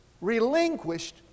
relinquished